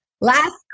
last